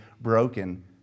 broken